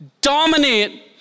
dominate